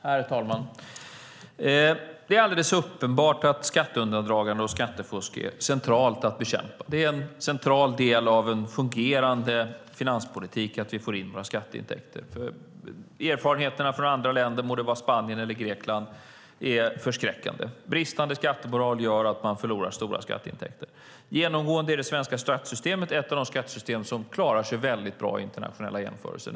Herr talman! Det är alldeles uppenbart att det är centralt att bekämpa skatteundandragande och skattefusk. Det är en central del av en fungerande finanspolitik att vi får in våra skatteintäkter. Erfarenheterna från andra länder - det må vara Spanien eller Grekland - är förskräckande. Bristande skattemoral gör att man förlorar stora skatteintäkter. Genomgående är det svenska skattesystemet ett av de skattesystem som klarar sig väldigt bra i internationella jämförelser.